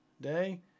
day